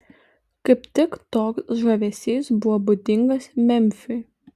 kaip tik toks žavesys buvo būdingas memfiui